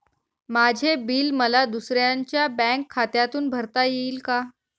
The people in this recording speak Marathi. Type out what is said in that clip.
माझे बिल मला दुसऱ्यांच्या बँक खात्यातून भरता येईल का?